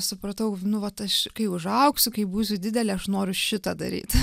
supratau nu vat aš kai užaugsiu kai būsiu didelė aš noriu šitą daryt